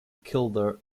kildare